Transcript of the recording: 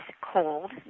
cold